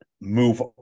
move